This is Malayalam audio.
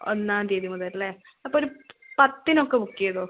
ഒന്നാം തീയതി മുതൽ അല്ലേ അപ്പമൊരു പത്തിനൊക്കെ ബുക്ക് ചെയ്തോളു